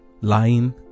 Lying